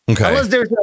Okay